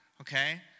okay